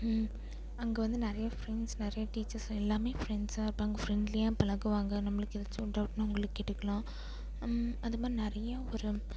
அங்கே வந்து நிறைய ஃப்ரெண்ட்ஸ் நிறைய டீச்சர்ஸ் எல்லாம் ஃப்ரெண்ட்ஸ்ஸாக இருப்பாங்க ஃப்ரெண்ட்லியாக பழகுவாங்க நம்மளுக்கு எதாச்சும் ஒரு டவுட்னா அவங்கள கேட்டுக்கலாம் அதுமாதிரி நிறைய ஒரு